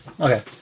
Okay